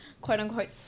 quote-unquote